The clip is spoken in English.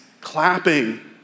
clapping